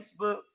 Facebook